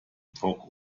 took